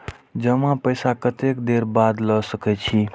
जमा पैसा कतेक देर बाद ला सके छी?